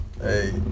Hey